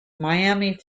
miami